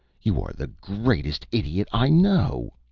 you are the greatest idiot i know.